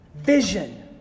vision